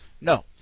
no